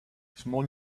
small